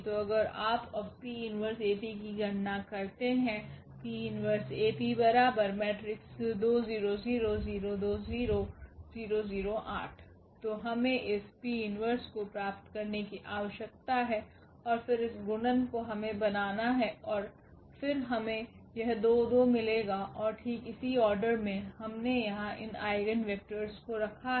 तो अगर आप अब 𝑃−1𝐴𝑃 की गणना करते हैं तो हमें इस 𝑃 1 को प्राप्त करने की आवश्यकता है और फिर इस गुणन को हमें बनाना है और फिर हमें यह 22 मिलेगा और ठीक इसी ऑर्डर मे हमने यहां इन आइगेन वेक्टरस को रखा है